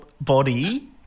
body